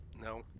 No